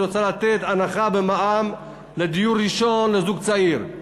רוצה לתת הנחה במע"מ על דיור ראשון לזוג צעיר.